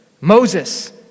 Moses